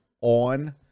on